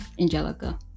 Angelica